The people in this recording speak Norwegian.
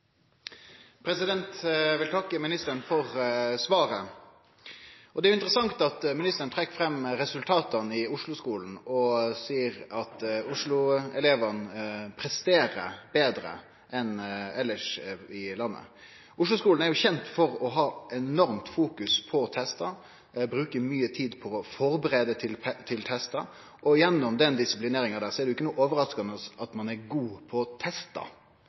Eg vil takke ministeren for svaret. Det er interessant at ministeren trekk fram resultata i Osloskolen og seier at Osloelevane presterer betre enn elevar elles i landet. Osloskolen er jo kjent for å ha enormt fokus på testar, å bruke mykje tid på å førebu elevane til testar. Gjennom den disiplineringa der er det ikkje noko overraskande at ein er god på